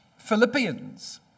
Philippians